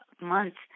months